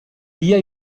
via